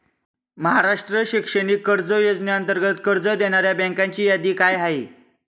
महाराष्ट्र शैक्षणिक कर्ज योजनेअंतर्गत कर्ज देणाऱ्या बँकांची यादी काय आहे?